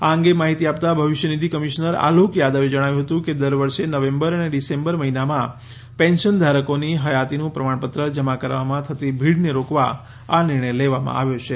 આ અંગે માહિતી આપતા ભવિષ્ય નિધિ કમિશનર આલોક થાદવે જણાવ્યું હતું કે દર વર્ષે નવેમ્બર અને ડિસેમ્બર મહિનામાં પેન્શનધારકોની હયાતીનું પ્રમાણપત્ર જમા કરાવવામાં થતી ભીડને રોકવા આ નિર્ણય લેવામાં આવ્યો છે